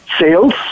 sales